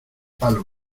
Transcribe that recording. palo